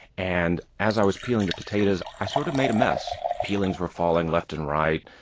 and as i was peeling the potatoes, i sort of made a mess peelings were falling left and right,